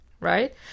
right